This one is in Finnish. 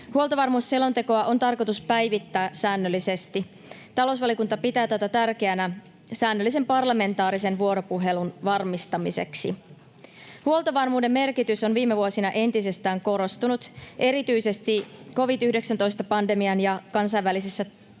Huoltovarmuusselontekoa on tarkoitus päivittää säännöllisesti. Talousvaliokunta pitää tätä tärkeänä säännöllisen parlamentaarisen vuoropuhelun varmistamiseksi. Huoltovarmuuden merkitys on viime vuosina entisestään korostunut, erityisesti covid-19-pandemian ja kansainvälisissä